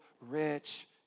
rich